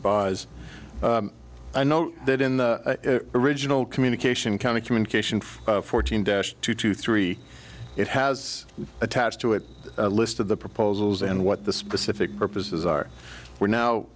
baez i know that in the original communication kind of communication fourteen dash two to three it has attached to it a list of the proposals and what the specific purposes are we're now